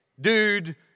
dude